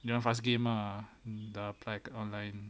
dia orang fast game ah dah apply online